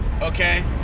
okay